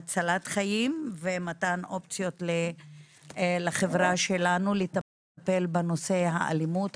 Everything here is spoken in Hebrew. הצלת חיים ומתן אופציות לחברה שלנו לטפל בנושא האלימות,